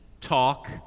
talk